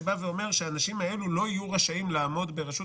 ההסדר שאומר שהאנשים האלה לא יהיו רשאים לעמוד בראשות